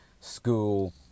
school